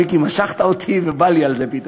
מיקי, משכת אותי, ובא לי על זה פתאום.